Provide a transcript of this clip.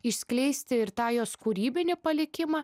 išskleisti ir tą jos kūrybinį palikimą